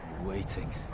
Waiting